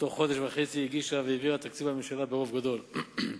ובתוך חודש וחצי הגישה והעבירה תקציב בממשלה ברוב גדול.